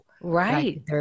Right